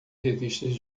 revistas